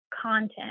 content